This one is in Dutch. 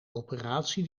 operatie